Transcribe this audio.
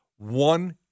One